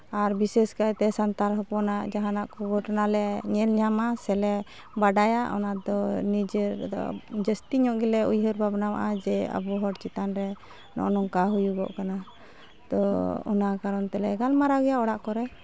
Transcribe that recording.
ᱟᱨ ᱵᱤᱥᱮᱥ ᱠᱟᱭᱛᱮ ᱥᱟᱱᱛᱟᱲ ᱦᱚᱯᱚᱱᱟᱜ ᱡᱟᱦᱟᱸᱱᱟᱜ ᱠᱚ ᱜᱷᱚᱴᱚᱱᱟ ᱞᱮ ᱧᱮᱞ ᱧᱟᱢᱟ ᱥᱮᱞᱮ ᱵᱟᱰᱟᱭᱟ ᱚᱱᱟ ᱫᱚ ᱱᱤᱡᱮᱨ ᱡᱟᱹᱥᱛᱤ ᱧᱚᱜ ᱜᱮᱞᱮ ᱩᱭᱦᱟᱹᱨ ᱵᱷᱟᱵᱱᱟᱣᱟᱜᱼᱟ ᱡᱮ ᱟᱵᱚ ᱦᱚᱲ ᱪᱮᱛᱟᱱ ᱨᱮ ᱱᱚᱜᱼᱚ ᱱᱚᱝᱠᱟ ᱦᱩᱭᱩᱜᱚᱜ ᱠᱟᱱᱟ ᱛᱚ ᱚᱱᱟ ᱠᱟᱨᱚᱱ ᱛᱮᱞᱮ ᱜᱟᱞᱢᱟᱨᱟᱣ ᱜᱮᱭᱟ ᱚᱲᱟᱜ ᱠᱚᱨᱮ